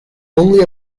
only